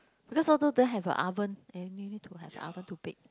because I also don't have a oven and you need to have oven to bake